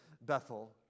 Bethel